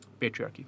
Patriarchy